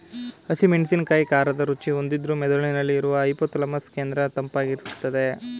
ಹಸಿ ಮೆಣಸಿನಕಾಯಿ ಖಾರದ ರುಚಿ ಹೊಂದಿದ್ರೂ ಮೆದುಳಿನಲ್ಲಿ ಇರುವ ಹೈಪೋಥಾಲಮಸ್ ಕೇಂದ್ರ ತಂಪಾಗಿರ್ಸ್ತದೆ